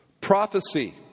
Prophecy